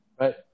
right